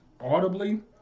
audibly